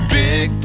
big